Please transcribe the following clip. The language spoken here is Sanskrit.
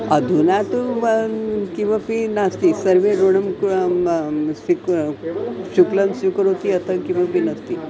अधुना तु किमपि नास्ति सर्वे ऋणं कृ स्वीकु शुल्कं स्वीकरोति अतः किमपि नास्ति